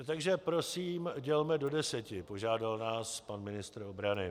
Takže prosím, dělme do deseti, požádal nás pan ministr obrany.